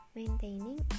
maintaining